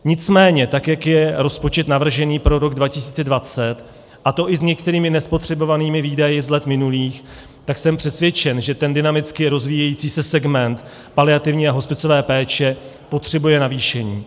Nicméně tak jak je rozpočet navržený pro rok 2020, a to i s některými nespotřebovanými výdaji z let minulých, jsem přesvědčen, že ten dynamicky se rozvíjející segment paliativní a hospicové péče potřebuje navýšení.